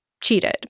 Cheated